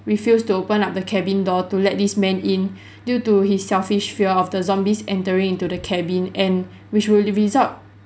refused to open up the cabin door to let this man in due to his selfish fear of the zombies entering into the cabin and which will result